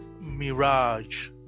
mirage